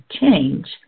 change